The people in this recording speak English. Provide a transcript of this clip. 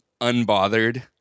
unbothered